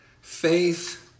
faith